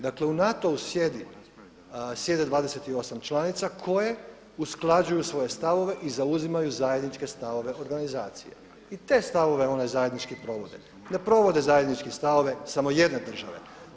Dakle u NATO-u sjede 28 članica koje usklađuju svoje stavove i zauzimaju zajedničke stavove organizacije i te stavove one zajednički provode, ne provode zajedničke stavove samo jedne države.